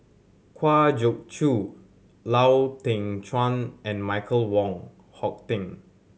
Kwa Geok Choo Lau Teng Chuan and Michael Wong Hong Teng